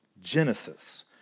Genesis